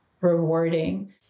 rewarding